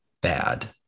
bad